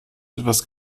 etwas